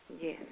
Yes